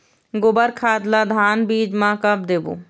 गोबर खाद ला धान बीज म कब देबो?